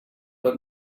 but